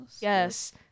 Yes